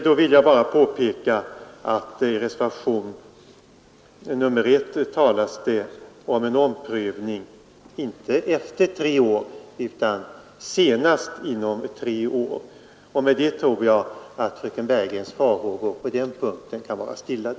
Då vill jag bara påpeka att i reservationen 1 talas det om en omprövning inte efter tre år utan senast inom tre år. Därmed tror jag att fröken Bergegrens farhågor på den punkten kan vara stillade.